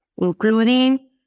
including